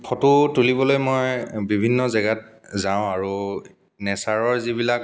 photo তুলিবলৈ মই বিভিন্ন জেগাত যাওঁ আৰু নেচাৰৰ যিবিলাক